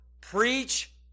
preach